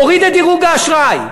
מוריד את דירוג האשראי,